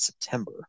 September